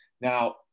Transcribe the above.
now